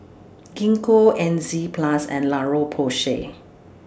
Gingko Enzyplex and La Roche Porsay